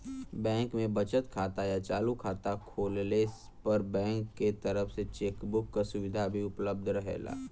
bank में बचत खाता या चालू खाता खोलले पर बैंक के तरफ से चेक बुक क सुविधा भी उपलब्ध रहेला